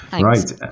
right